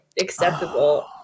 acceptable